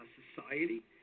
society